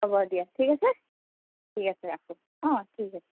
হ'ব দিয়া ঠিক আছে ঠিক আছে ৰাখোঁ অ ঠিক আছে